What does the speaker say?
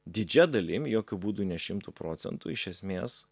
didžia dalim jokiu būdu ne šimtu procentų iš esmės